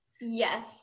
Yes